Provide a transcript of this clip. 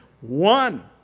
One